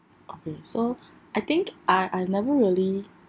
okay so I think I I never really